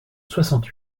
soixante